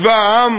מצבא העם